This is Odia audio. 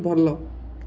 ଭଲ